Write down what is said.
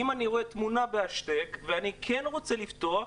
אם אני רוצה תמונה בהשתק ואני כן רוצה לפתוח,